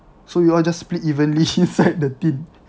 so we all just split evenly inside the tin